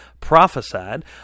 prophesied